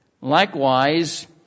Likewise